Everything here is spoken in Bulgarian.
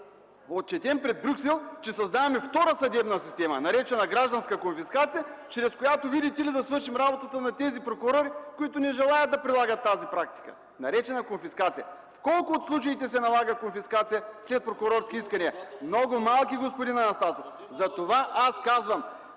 отчетем пред Брюксел, че създаваме втора съдебна система, наречена гражданска конфискация, чрез която, видите ли, да свършим работата на тези прокурори, които не желаят да прилагат тази практика, наречена конфискация. В колко от случаите се налага конфискация след прокурорски искания?! ДОКЛАДЧИК АНАСТАС АНАСТАСОВ: Ами като